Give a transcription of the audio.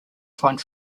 find